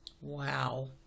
Wow